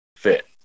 fit